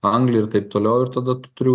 anglį ir taip toliau ir tada tu turi